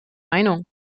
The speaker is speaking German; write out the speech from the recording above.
meinung